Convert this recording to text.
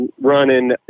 running